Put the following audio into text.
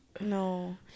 no